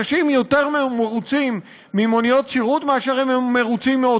אנשים מרוצים יותר ממוניות שירות מאשר מאוטובוסים.